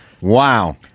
Wow